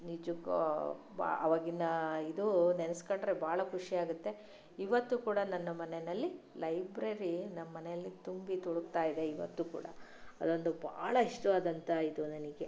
ನಿಜಕ್ಕೂ ಬಾ ಆವಾಗಿನ ಇದು ನೆನೆಸಿಕೊಂಡರೆ ಭಾಳ ಖುಷಿ ಆಗುತ್ತೆ ಇವತ್ತು ಕೂಡ ನನ್ನ ಮನೆಯಲ್ಲಿ ಲೈಬ್ರರಿ ನಮ್ಮ ಮನೆಯಲ್ಲಿ ತುಂಬಿ ತುಳಕ್ತಾ ಇದೆ ಇವತ್ತೂ ಕೂಡ ಅದೊಂದು ಬಹಳ ಇಷ್ಟವಾದಂಥ ಇದು ನನಗೆ